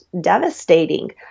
devastating